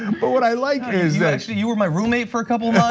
and but what i like is that actually, you were my roommate for a couple of